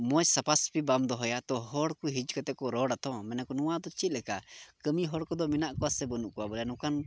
ᱢᱚᱡᱽ ᱥᱟᱯᱷᱟ ᱥᱟᱹᱯᱷᱤ ᱵᱟᱢ ᱫᱚᱦᱚᱭᱟ ᱛᱚ ᱦᱚᱲ ᱠᱚ ᱦᱮᱡ ᱠᱟᱛᱮᱫ ᱠᱚ ᱨᱚᱲ ᱟᱛᱚ ᱱᱚᱣᱟᱫᱚ ᱪᱮᱫ ᱞᱮᱠᱟ ᱠᱟᱹᱢᱤ ᱦᱚᱲ ᱠᱚᱫᱚ ᱵᱚᱞᱮ ᱢᱮᱱᱟᱜ ᱠᱚᱣᱟ ᱥᱮ ᱵᱟᱹᱱᱩᱜ ᱠᱚᱣᱟ ᱱᱚᱝᱠᱟᱱ